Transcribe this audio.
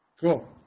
Cool